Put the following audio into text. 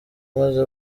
maze